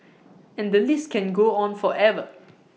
and the list can go on forever